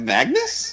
Magnus